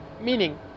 Meaning